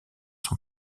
son